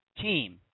team